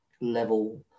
level